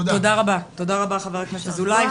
תודה רבה, חבר הכנסת אזולאי .